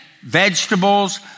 vegetables